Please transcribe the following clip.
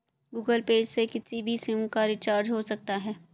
Google Pay से किसी भी सिम का रिचार्ज हो सकता है